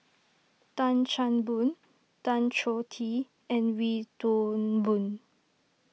Tan Chan Boon Tan Choh Tee and Wee Toon Boon